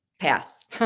pass